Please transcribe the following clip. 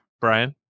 Brian